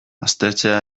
aztertzea